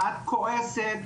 את כועסת,